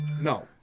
no